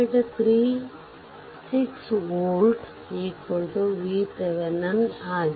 36voltVThevenin ಆಗಿದೆ